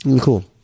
Cool